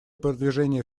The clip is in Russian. продвижения